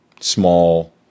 small